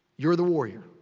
you're the warrior.